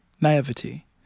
naivety